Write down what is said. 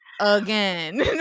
Again